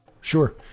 Sure